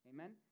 Amen